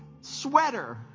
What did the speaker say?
sweater